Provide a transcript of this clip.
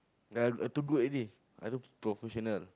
ya I too good already I look professional